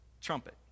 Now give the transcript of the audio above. trumpet